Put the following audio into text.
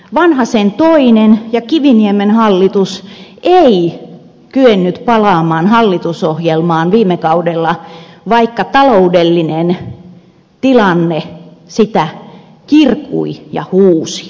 vanhasen toinen hallitus ja kiviniemen hallitus eivät kyenneet palaamaan hallitusohjelmaan viime kaudella vaikka taloudellinen tilanne sitä kirkui ja huusi